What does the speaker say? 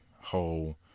whole